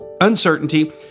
uncertainty